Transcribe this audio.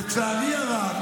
לצערי הרב,